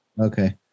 Okay